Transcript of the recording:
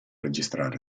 registrare